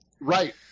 Right